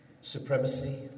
supremacy